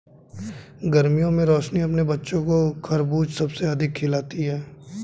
गर्मियों में रोशनी अपने बच्चों को खरबूज सबसे अधिक खिलाती हैं